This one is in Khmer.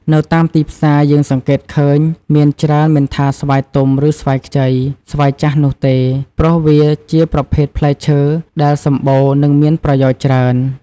នៅតាមទីផ្សារយើងសង្កេតឃើញមានច្រើនមិនថាស្វាយទុំឬស្វាយខ្ចី ស្វាយចាស់នោះទេ ព្រោះវាជាប្រភេទផ្លែឈើដែលសម្បូរនិងមានប្រយោជន៍ច្រើន។